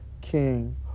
king